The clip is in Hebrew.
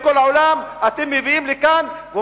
תירגע?